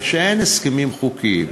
אבל אין הסכמים חוקיים,